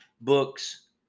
books